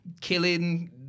killing